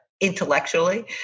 intellectually